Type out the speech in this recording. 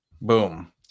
boom